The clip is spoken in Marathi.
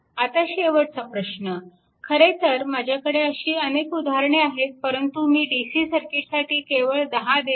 आता शेवटचं प्रश्न खरेतर माझ्याकडे अशी अनेक उदाहरणे आहेत परंतु मी DC सर्किटसाठी केवळ 10 देत आहे